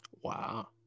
wow